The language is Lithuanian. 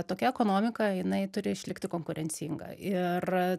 tokia ekonomika jinai turi išlikti konkurencinga ir